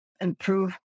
improve